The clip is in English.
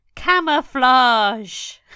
Camouflage